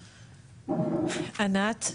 ענת,